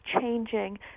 changing